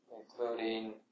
including